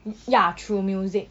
y~ ya through music